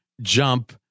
jump